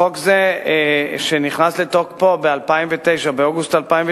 חוק זה, שנכנס לתוקפו באוגוסט 2009,